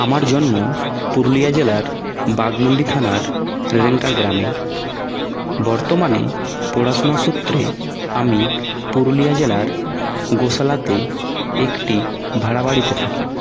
আমার জন্ম পুরুলিয়া জেলার বাঘমুন্ডি থানার গ্রামে বর্তমানে পড়াশোনা সূত্রে আমি পুরুলিয়া জেলার গোশালাতে একটি ভাড়া বাড়িতে থাকি